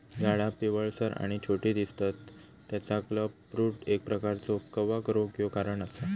झाडा पिवळसर आणि छोटी दिसतत तेचा क्लबरूट एक प्रकारचो कवक रोग ह्यो कारण असा